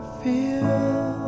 feel